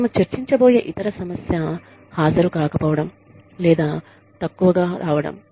మనము చర్చించబోయే ఇతర సమస్య హాజరు కాకపోవడం లేదా తక్కువగా రావడం